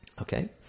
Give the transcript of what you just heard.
Okay